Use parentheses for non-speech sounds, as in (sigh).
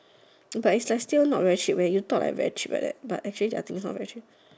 (noise) but is like still not very cheap leh you talk like very cheap like that but actually their things not very cheap